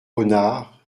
renards